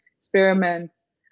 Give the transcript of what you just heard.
experiments